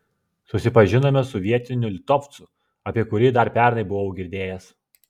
susipažinome su vietiniu litovcu apie kurį dar pernai buvau girdėjęs